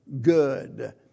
good